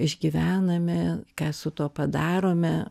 išgyvename ką su tuo padarome